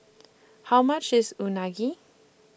How much IS Unagi